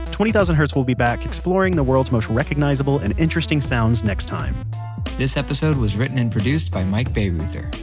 twenty thousand hertz will be back to exploring the world's most recognizable and interesting sounds next time this episode was written and produced by mike baireuther.